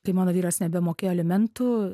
kai mano vyras nebemokėjo alimentų